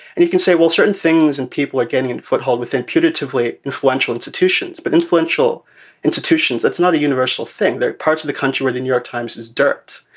and you can say, well, certain things. and people are gaining a foothold within putatively influential institutions, but influential institutions. that's not a universal thing. there are parts of the country where the new york times is dirt.